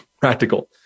practical